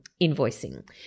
invoicing